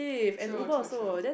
true true true